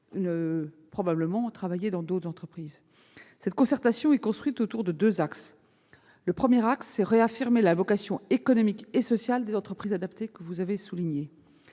probablement intégrer d'autres structures. Cette concertation est construite autour de deux axes. Le premier axe consiste à réaffirmer la vocation économique et sociale des entreprises adaptées, vous l'avez soulignée.